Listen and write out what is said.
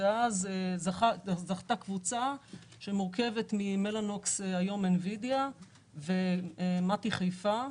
זכתה קבוצה שמורכבת ממלנוקס היום אן-וידאה ומט"י חיפה,